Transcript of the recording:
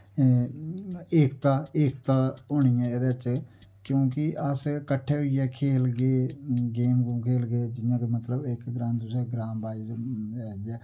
हैं एकता एकता होनी ऐ एह्दे च क्योंकि अस कट्ठे होइयै खेलगे गेम गूम खेलगे जि'यां के मतलू इक ग्रां च ग्रां बायज